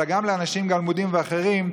אלא גם לאנשים גלמודים ואחרים,